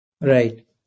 Right